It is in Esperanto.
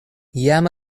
jam